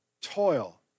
toil